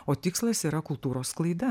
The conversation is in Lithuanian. o tikslas yra kultūros sklaida